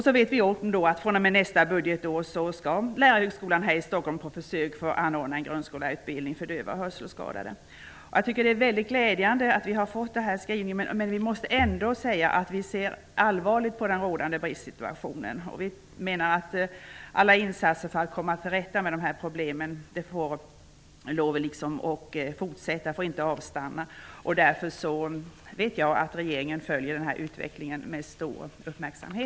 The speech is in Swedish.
Vi vet dessutom att Lärarhögskolan i Stockholm på försök nästa budgetår skall anordna en grundskollärarutbildning för döva och hörselskadade. Denna skrivning är mycket glädjande, men vi vill ändå betona att vi ser allvarligt på den rådande bristsituationen. Alla insatser för att komma till rätta med problemen får inte avstanna, och jag vet att regeringen följer utvecklingen med stor uppmärksamhet.